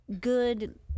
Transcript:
good